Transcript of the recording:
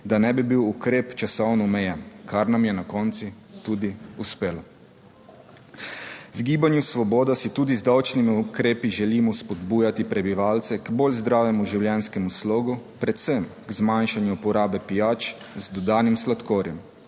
da ne bi bil ukrep časovno omejen, kar nam je na koncu tudi uspelo. V Gibanju Svoboda si tudi z davčnimi ukrepi želimo spodbujati prebivalce k bolj zdravemu življenjskemu slogu, predvsem k zmanjšanju porabe pijač z dodanim sladkorjem,